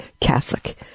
Catholic